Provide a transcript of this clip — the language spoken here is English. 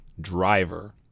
Driver